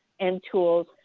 and tools.